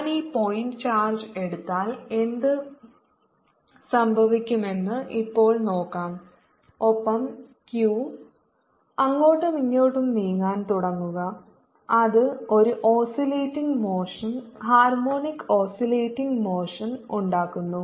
ഞാൻ ഈ point charge എടുത്താൽ എന്ത് സംഭവിക്കുമെന്ന് ഇപ്പോൾ നോക്കാം ഒപ്പം q അങ്ങോട്ടും ഇങ്ങോട്ടും നീങ്ങാൻ തുടങ്ങുക അത് ഒരു oscillating motion harmonic oscillating motion ഉണ്ടാക്കുന്നു